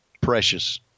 precious